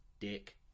dick